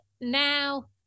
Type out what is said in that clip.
now